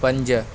पंज